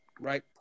right